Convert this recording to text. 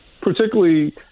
particularly